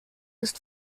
ist